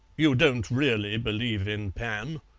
you don't really believe in pan?